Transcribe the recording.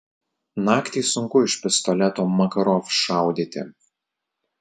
naktį sunku iš pistoleto makarov šaudyti